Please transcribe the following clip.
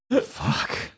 fuck